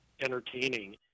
entertaining